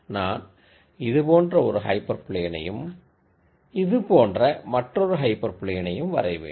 நான் இது போன்ற ஒரு ஹைப்பர் பிளேனையும் இதுபோன்ற மற்றொரு ஹைப்பர் பிளேனையும் வரைவேன்